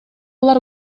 алар